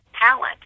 talent